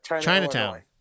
Chinatown